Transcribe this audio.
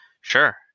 Sure